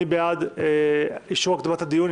מי בעד אישור הקדמת הדיון?